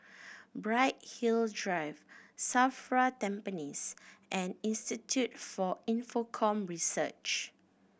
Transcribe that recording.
Bright Hill Drive SAFRA Tampines and Institute for Infocomm Research